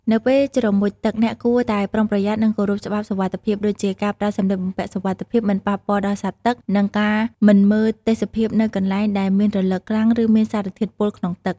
នៅពេលមុជទឹក អ្នកគួរតែប្រុងប្រយ័ត្ន និងគោរពច្បាប់សុវត្ថិភាព ដូចជា ការប្រើសំលៀកបំពាក់សុវត្ថិភាពមិនប៉ះពាល់ដល់សត្វទឹក និងការមិនមើលទេសភាពនៅ កន្លែងដែលមានរលកខ្លាំង ឬមានសារធាតុពុលក្នុងទឹក។